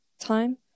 time